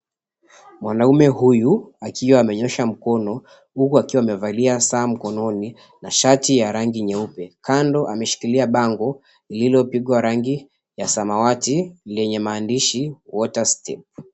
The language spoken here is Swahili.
Mwanaume huyu akiwa amenyosha mkono, huku akiwa amevalia saa mkononi na shati ya rangi nyeupe. Kando ameshikilia bango lililopigwa rangi ya samawati lenye maandishi, Water Step.